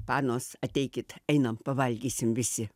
panos ateikit einam pavalgysim visi